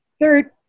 third